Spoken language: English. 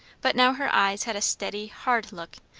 but now her eyes had a steady, hard look,